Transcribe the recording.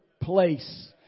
place